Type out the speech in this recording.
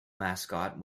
mascot